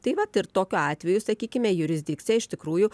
tai vat ir tokiu atveju sakykime jurisdikcija iš tikrųjų